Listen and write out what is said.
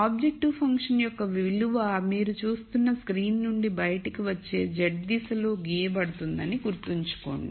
objective function యొక్క విలువ మీరు చూస్తున్న స్క్రీన్ నుండి బయటకు వచ్చే z దిశలో గీయపడుతుందని గుర్తుంచుకోండి